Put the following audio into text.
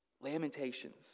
Lamentations